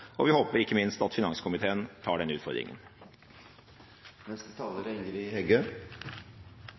Vi håper ikke minst at finanskomiteen tar den utfordringen.